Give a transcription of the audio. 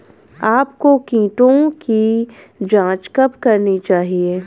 आपको कीटों की जांच कब करनी चाहिए?